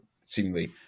seemingly